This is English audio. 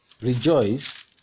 rejoice